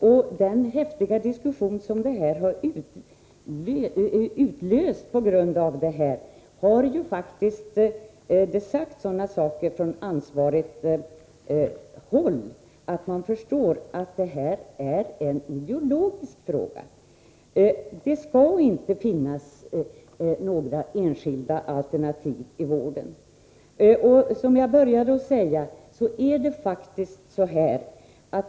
I den häftiga diskussion som utredningens förslag utlöste har från ansvarigt håll gjorts sådana uttalanden att man förstår att det här är en ideologisk fråga. Det skall inte finnas några enskilda alternativ i vården.